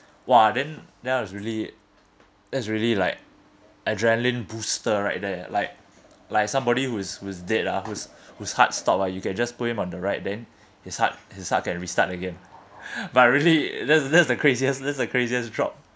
!wah! then then I was really that's really like adrenaline booster right there like like somebody who is who is dead ah who's who's heart stopped ah you can just put him on the ride then his heart his heart can restart again but really that's the that's the craziest that's the craziest drop